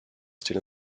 still